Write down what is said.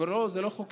אומר: לא, זה לא חוקי.